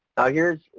ah here's,